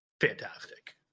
fantastic